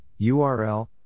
URL